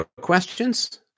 questions